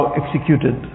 executed